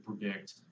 predict